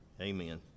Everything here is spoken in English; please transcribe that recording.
Amen